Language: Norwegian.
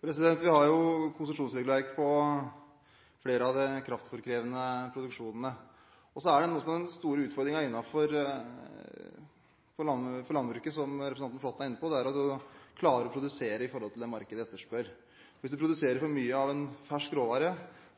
Vi har konsesjonsregulering på flere av de kraftfôrkrevende produksjonene. Den store utfordringen innenfor landbruket, som representanten Flåtten er inne på, er å klare å produsere i forhold til det markedet etterspør. Hvis en produserer for mye av en fersk råvare,